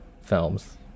films